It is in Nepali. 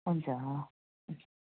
हुन्छ हुन्छ